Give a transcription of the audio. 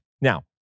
Now